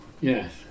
Yes